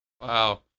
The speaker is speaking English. Wow